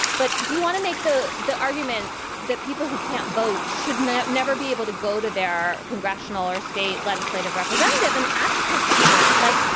but do you want to make the the argument that people who can't vote should never never be able to go to their congressional or state legislative representative and ask for something like,